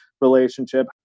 relationship